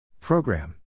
Program